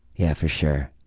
yeah for sure.